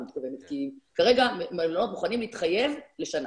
כרגע המלונות מוכנים להתחייב לשנה.